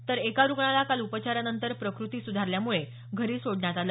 तर एका रुग्णाला काल उपचारानंतर प्रकृती सुधारल्यामुळे घरी सोडण्यात आलं